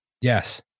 Yes